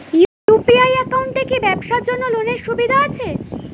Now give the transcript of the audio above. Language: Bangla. ইউ.পি.আই একাউন্টে কি ব্যবসার জন্য লোনের সুবিধা আছে?